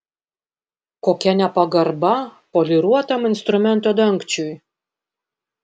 kokia nepagarba poliruotam instrumento dangčiui